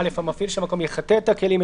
- (א) המפעיל של המקום יחטא את הכלים,